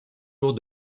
jours